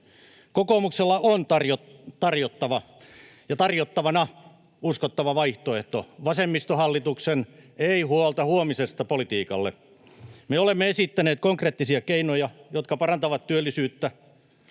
Kokoomuksella on tarjottavana uskottava vaihtoehto vasemmistohallituksen ei huolta huomisesta ‑politiikalle. Olemme esittäneet konkreettisia keinoja, jotka parantavat työllisyyttä,